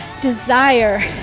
desire